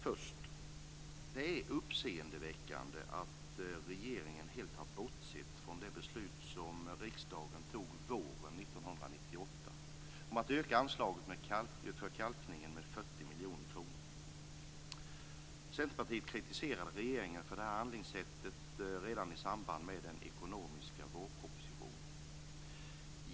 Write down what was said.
Först: Det är uppseendeväckande att regeringen helt har bortsett från det beslut som riksdagen fattade våren 1998 om att anslaget för kalkning skulle ökas med 40 miljoner kronor. Centerpartiet kritiserade regeringen för detta handlingssätt redan i samband med den ekonomiska vårpropositionen.